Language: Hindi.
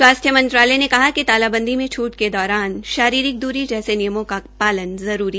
स्वास्थ्य मंत्रालय ने कहा कि तालाबंदी में छूट के दौरान शारीरिक दूरी जैसे नियमों का पालन जरूरी